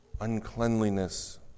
uncleanliness